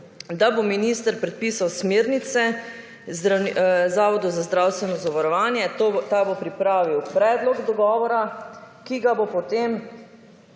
da bo minister predpisal smernice zavodu za zdravstveno zavarovanje, ta bo pripravil predlog dogovora, ki ga bo potem